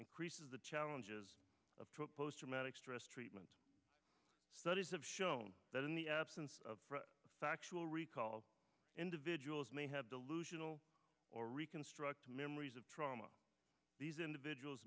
of the challenges of post traumatic stress treatment studies have shown that in the absence of factual recall individuals may have delusional or reconstruct memories of trauma these individuals